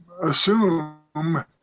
assume